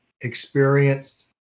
experienced